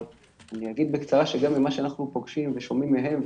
אבל אגיד בקצרה שגם ממה שאנחנו פוגשים ושומעים מהם,